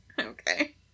Okay